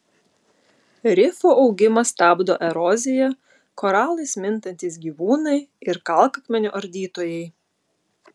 rifų augimą stabdo erozija koralais mintantys gyvūnai ir kalkakmenio ardytojai